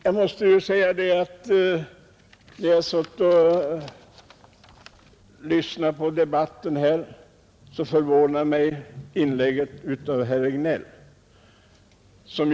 När jag har lyssnat till debatten har jag förvånats över herr Regnélls inlägg.